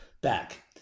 back